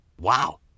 Wow